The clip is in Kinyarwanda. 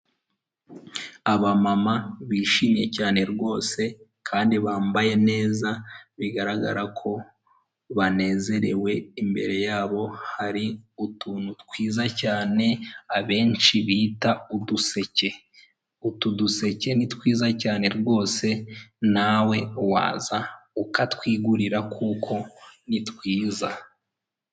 Ndabona ibicu by'umweru ndabona ahandi higanjemo ibara ry'ubururu bw'ikirere ndabona inkuta zubakishijwe amatafari ahiye ndabona ibiti binyuze muri izo nkuta ndabona imfungwa cyangwa se abagororwa nta misatsi bafite bambaye inkweto z'umuhondo ubururu n'umukara ndabona bafite ibikoresho by'ubuhinzi n'umusaruro ukomoka ku buhinzi nk'ibihaza ndabona bafite amasuka, ndabona iruhande rwabo hari icyobo.